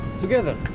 together